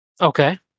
Okay